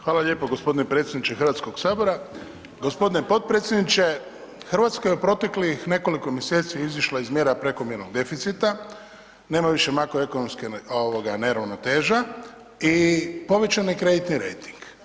Hvala lijepo gospodine predsjedniče Hrvatskog sabora, gospodine potpredsjedniče Hrvatska je proteklih nekoliko mjeseci izašla iz mjera prekomjernog deficita, nema više makroekonomske neravnoteže i povećan je krediti rejting.